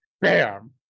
bam